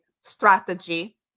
Strategy